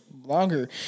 Longer